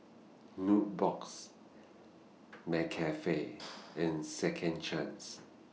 Nubox McCafe and Second Chance